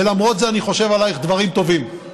ולמרות זה אני חושב עלייך דברים טובים.